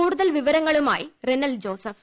കൂടുതൽ വിവരങ്ങളുമായി റിനൽ ജോസഫ്